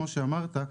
כמו שאמרת,